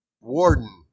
warden